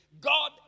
God